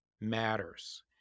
matters